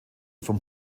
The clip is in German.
vom